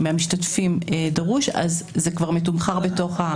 מהמשתתפים דרוש זה כבר מתומחר בתוך.